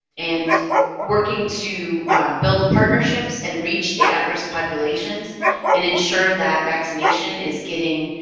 and working to build partnerships and reach the at-risk populations and ensure that vaccination is getting